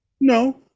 no